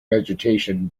vegetation